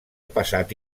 passat